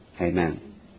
Amen